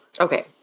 Okay